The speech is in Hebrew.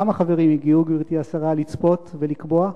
כמה חברים הגיעו, גברתי השרה, לצפות ולקבוע?